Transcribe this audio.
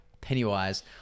Pennywise